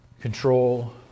control